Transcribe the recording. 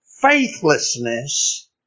faithlessness